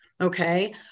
Okay